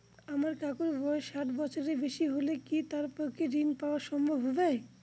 আমার কাকুর বয়স ষাট বছরের বেশি হলে কি তার পক্ষে ঋণ পাওয়া সম্ভব হবে?